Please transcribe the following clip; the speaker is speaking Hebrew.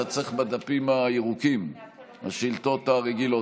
אתה צריך בדפים הירוקים, השאילתות הרגילות.